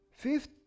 Fifth